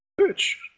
Bitch